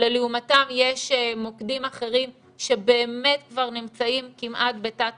אבל לעומתם יש מוקדים אחרים שבאמת כבר נמצאים כמעט בתת